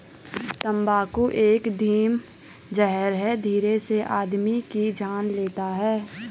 तम्बाकू एक धीमा जहर है धीरे से आदमी की जान लेता है